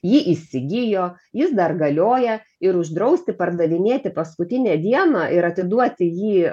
jį įsigijo jis dar galioja ir uždrausti pardavinėti paskutinę dieną ir atiduoti jį